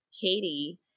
Katie